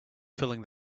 filling